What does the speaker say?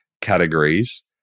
categories